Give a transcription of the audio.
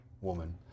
woman